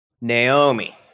Naomi